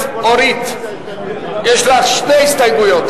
הממשלה, לשכת ראש הממשלה לשעבר,